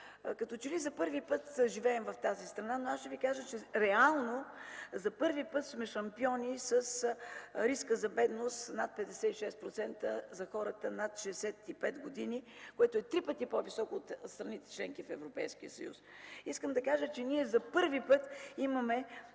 Като че ли за първи път живеем в тази страна. Ще Ви кажа, че реално за първи път сме шампиони по риск за бедност – над 56% за хората над 65 години, което е три пъти по-високо от страните – членки на Европейския съюз. Ние за първи път имаме